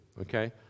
okay